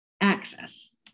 access